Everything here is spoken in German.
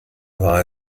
war